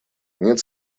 нет